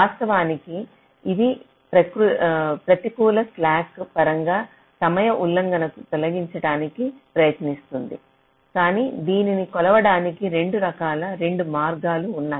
వాస్తవానికి ఇది ప్రతికూల స్లాక్ల పరంగా సమయ ఉల్లంఘనను తొలగించడానికి ప్రయత్నిస్తుంది కానీ దీనిని కొలవడానికి 2 రకాల 2 మార్గాలు ఉన్నాయి